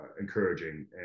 encouraging